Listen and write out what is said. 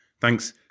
Thanks